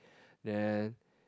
then